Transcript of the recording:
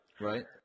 Right